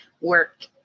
work